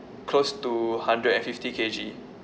close to hundred and fifty K_G